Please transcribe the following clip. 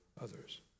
others